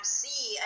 see